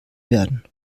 werden